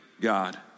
God